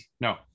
No